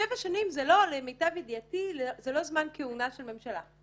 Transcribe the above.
שבע שנים למיטב ידיעתי זה לא זמן כהונה של ממשלה,